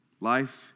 life